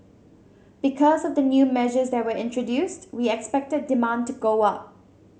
because of the new measures that were introduced we expect demand to go up